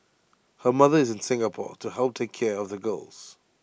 her mother is in Singapore to help take care of the girls